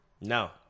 No